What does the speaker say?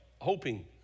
hoping